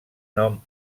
nom